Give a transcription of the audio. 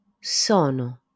sono